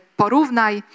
porównaj